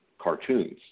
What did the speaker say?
Cartoons